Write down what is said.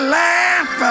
laugh